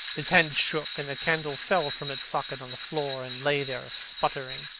his hand shook, and the candle fell from its socket on the floor and lay there sputtering.